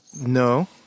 No